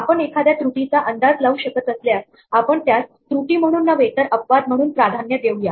आपण एखाद्या त्रुटीचा अंदाज लावू शकत असल्यास आपण त्यास त्रुटी म्हणून नव्हे तर अपवाद म्हणून प्राधान्य देऊया